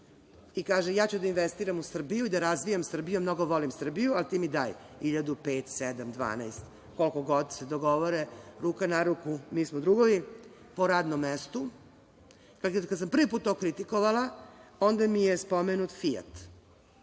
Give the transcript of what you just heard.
i kaže – ja ću da investiram u Srbiju, da razvijam Srbiju, mnogo volim Srbiju, a ti mi daj 1000, pet, sedam, 12, koliko god se dogovore, ruka na ruku, mi smo drugovi, po radnom mestu, dakle, kada sam prvi put to kritikovala, onda mi je spomenut „Fijat“